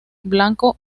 blanco